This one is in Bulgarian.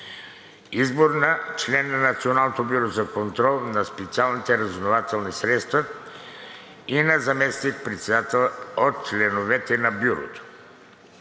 Избор на член на Националното бюро за контрол на специалните разузнавателни средства и на заместник-председател от членовете на Бюрото.